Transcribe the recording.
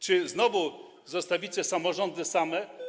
Czy znowu zostawicie samorządy same?